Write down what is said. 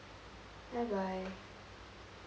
bye bye